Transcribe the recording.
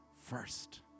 first